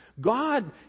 God